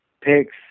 picks